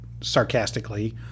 sarcastically